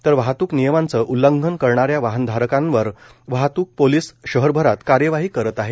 तर वाहतूक नियमाच उल्लंघनकरणाऱ्या वाहनधारकांवर वाहतूक पोलिस शहरभरात कार्यवाही करत आहेत